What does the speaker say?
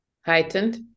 Heightened